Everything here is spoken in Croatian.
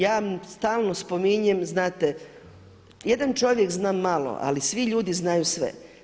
Ja mu stalno spominjem, znate jedan čovjek zna malo, ali svi ljudi znaju sve.